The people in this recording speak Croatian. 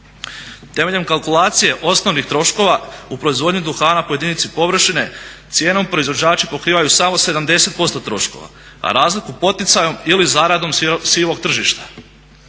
Temeljem kalkulacije osnovnih troškova u proizvodnji duhana po jedinici površine cijenom proizvođači pokrivaju samo 70% troškova, a razliku poticajom ili zaradom sivog tržišta.